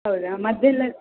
ಹೌದಾ ಮದ್ದೆಲ್ಲ